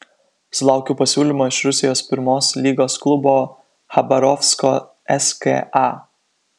sulaukiau pasiūlymo iš rusijos pirmos lygos klubo chabarovsko ska